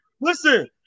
listen